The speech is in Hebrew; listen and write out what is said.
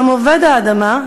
גם עובד האדמה,